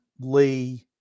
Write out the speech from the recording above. Lee